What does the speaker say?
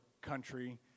country